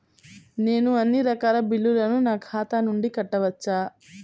నేను అన్నీ రకాల బిల్లులను నా ఖాతా నుండి కట్టవచ్చా?